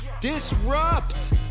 Disrupt